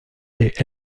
est